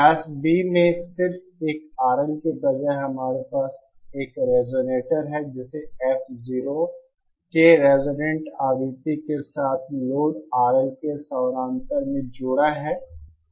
class B में सिर्फ एक RL के बजाय हमारे पास एक रिजोनेटर है जिसमें F0 के रिजोनेंट आवृत्ति के साथ लोड RL के साथ समानांतर में जुड़ा हुआ है